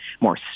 more